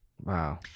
Wow